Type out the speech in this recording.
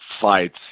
fights